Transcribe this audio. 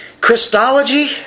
Christology